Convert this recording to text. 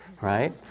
right